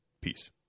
Peace